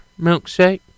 milkshake